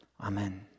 Amen